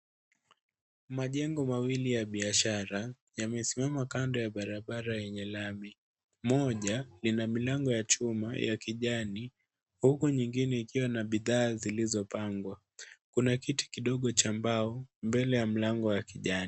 Majengo mawili ya biashara, yamesimama kando ya barabara yenye lami. Moja, ina milango ya chuma ya kijani huku nyingine ikiwa na bidhaa zilizopangwa. Kuna kiti kidogo cha mbao, mbele ya mlango wa kijani.